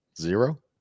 Zero